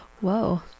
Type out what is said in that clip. Whoa